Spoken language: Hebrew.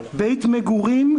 בית מגורים,